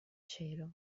cielo